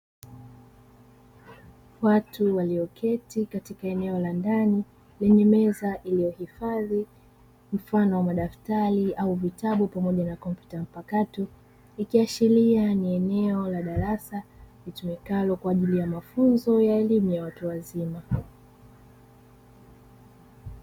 Watu walioketi katika eneo la ndani lenye meza iliohifadhi mfano wa madaftali au vitabu pamoja na komputa mpakato, ikiashiria ni eneo la darasa litumikalo kwaajili ya elimu ya mafunzo ya watu wazima.